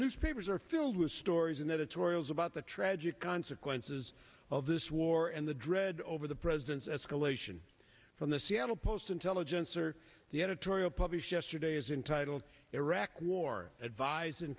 newspapers are filled with stories and editorials about the tragic consequences of this war and the dread over the president's escalation from the seattle post intelligencer the editorial published yesterday is entitled iraq war advise